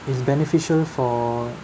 is beneficial for